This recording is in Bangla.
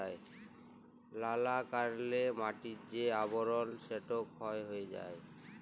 লালা কারলে মাটির যে আবরল সেট ক্ষয় হঁয়ে যায়